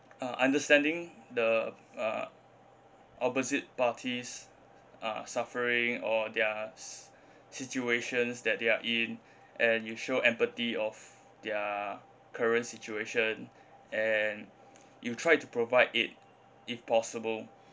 uh understanding the uh opposite parties uh suffering or their s~ situations that they're in and you show empathy of their current situation and you try to provide aid if possible